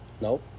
Nope